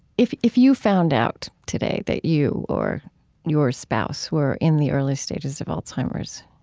if if you found out today that you or your spouse were in the early stages of alzheimer's,